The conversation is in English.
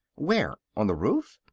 where? on the roof?